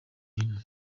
bintu